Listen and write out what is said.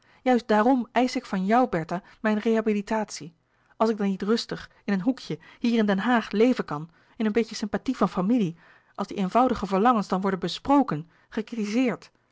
juist daarom eisch ik van jou bertha mijn rehabilitatie als ik dan niet rustig in een hoekje hier in den haag leven kan in een beetje sympathie van familie als die eenvoudige verlangens dan worden besproken